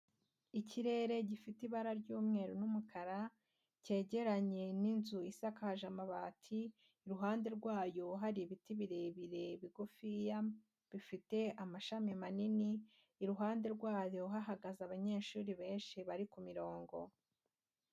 Ikirere gifite ibara ry'umweru n'umukara, cyegeranye n'inzu isakaje amabati, iruhande rwayo hari ibiti birebire bigufiya bifite amashami manini, iruhande rwayo hahagaze abanyeshuri benshi bari ku mirongo.